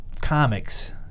comics